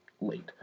late